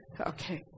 Okay